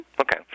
Okay